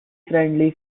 friendly